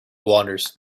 wanders